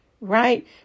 right